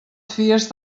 fies